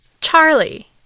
Charlie